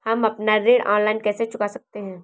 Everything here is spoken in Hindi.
हम अपना ऋण ऑनलाइन कैसे चुका सकते हैं?